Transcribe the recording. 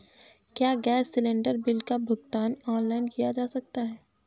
क्या gas cylinder bill का भुगतान ऑनलाइन किया जा सकता है?